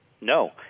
No